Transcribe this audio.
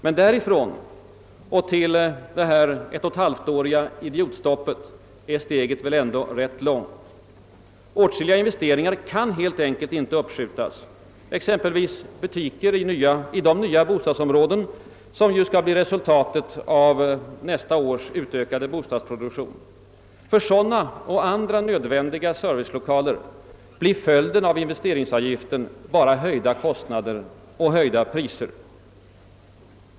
Men därifrån och till det ett och ett halvt år långa »idiotstoppet» är väl steget ändå rätt långt. Åtskilliga investeringar kan helt enkelt inte uppskjutas, exempelvis butiker i de nya bostadsområdena som skall bli resultatet av nästa års ökade bostadsproduktion. För sådana och andra nödvän diga servicelokaler blir följderna av investeringsavgiften höjda kostnader och höjda priser.